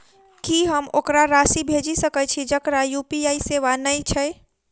की हम ओकरा राशि भेजि सकै छी जकरा यु.पी.आई सेवा नै छै?